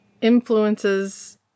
influences